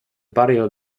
barrio